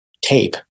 tape